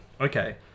Okay